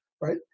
Right